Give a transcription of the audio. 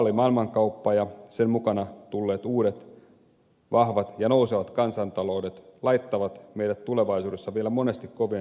globaali maailmankauppa ja sen mukana tulleet uudet vahvat ja nousevat kansantaloudet laittavat meidät tulevaisuudessa vielä monesti kovien ratkaisuiden eteen